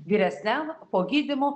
vyresniam po gydymo